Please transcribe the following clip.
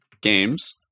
games